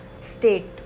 state